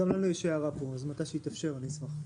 גם לנו יש הערה פה, אז מתי שיתאפשר, אני אשמח.